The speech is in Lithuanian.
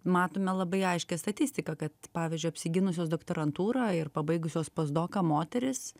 matome labai aiškią statistiką kad pavyzdžiui apsigynusios doktorantūrą ir pabaigusios posdoką moterys